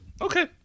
Okay